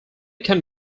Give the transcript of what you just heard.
can